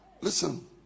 Listen